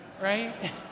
right